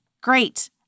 Great